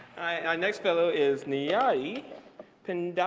next fellow is niyati but and